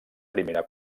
primera